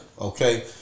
Okay